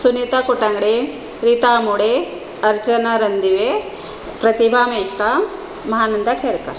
Sunita Kotangde Rita Amode Archana Randive Pratibha Meshram Mahananda Khedkar